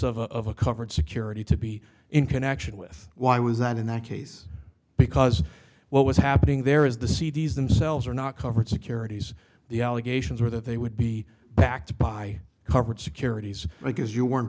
purchase of a covered security to be in connection with why was that in that case because what was happening there is the c d s themselves are not covered securities the allegations are that they would be backed by corporate securities because you weren't